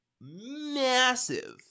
massive